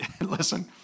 Listen